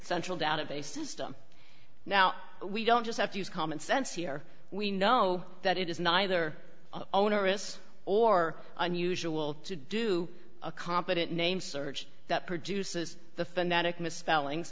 central doubt of a system now we don't just have to use common sense here we know that it is neither onerous or unusual to do a competent name search that produces the phonetic misspelling